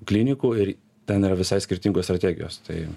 klinikų ir ten yra visai skirtingos strategijos tai